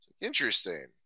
Interesting